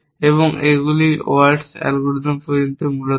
এবং এইগুলি waltz algorithm পর্যন্ত মূলত করে